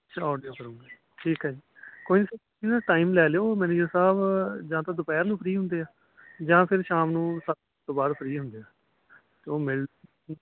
ਅੱਛਾ ਓਡੀਓ ਕਰੋਗੇ ਠੀਕ ਹੈ ਕੋਈ ਨਾ ਸਰ ਤੁਸੀਂ ਨਾ ਟਾਈਮ ਲੈ ਲਿਓ ਮੈਨੇਜਰ ਸਾਹਿਬ ਜਾਂ ਤਾਂ ਦੁਪਹਿਰ ਨੂੰ ਫਰੀ ਹੁੰਦੇ ਆ ਜਾਂ ਫਿਰ ਸ਼ਾਮ ਨੂੰ ਬਾਅਦ ਫਰੀ ਹੁੰਦੇ ਆ ਉਹ ਮਿਲ